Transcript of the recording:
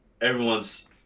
Everyone's